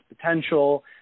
potential